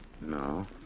No